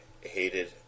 hated